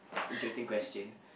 interesting question